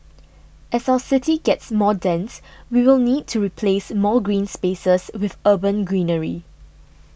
as our city gets more dense we will need to replace more green spaces with urban greenery